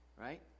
right